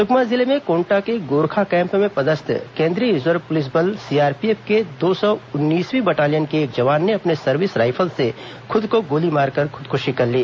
सुकमा जिले में कोंटा के गोरखा कैम्प में पदस्थ केंद्रीय रिजर्व पुलिस बल सीआरपीएफ के दो सौ उन्नीसवीं बटालियन के एक जवान ने अपने सर्विस राइफल से खुद को गोली मारकर खुदक्शी कर ली